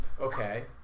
Okay